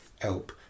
help